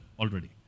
already